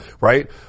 right